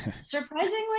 Surprisingly